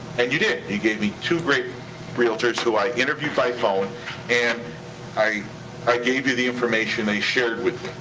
and you did. you gave me two great realtors who i interviewed by phone and i i gave you the information they shared with